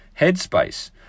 Headspace